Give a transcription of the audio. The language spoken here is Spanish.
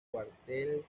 cuartel